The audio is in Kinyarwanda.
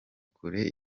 kure